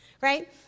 right